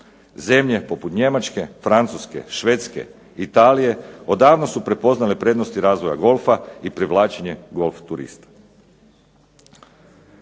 Zemlje poput Njemačke, Francuske, Švedske, Italije odavno su prepoznale prednosti razvoja golfa i privlačenje golf turista.